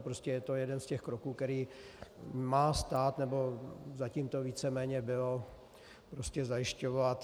Prostě je to jeden z těch kroků, který má stát, nebo zatím to víceméně bylo, zajišťovat.